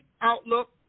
outlook